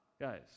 guys